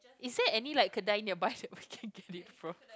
is there any like kedai nearby we can get it from